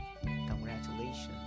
congratulations